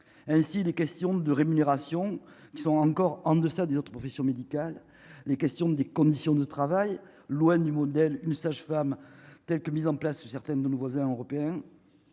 ainsi les questions de rémunération qui sont encore en deçà des autres professions médicales, les questions des conditions de travail loin du modèle, une sage-femme, telle que mise en place certaines de nos voisins européens,